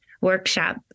Workshop